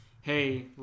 hey